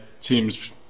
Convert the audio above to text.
teams